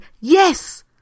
Yes